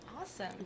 Awesome